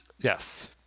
Yes